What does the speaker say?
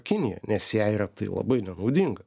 kinija nes jai yra tai labai nenaudinga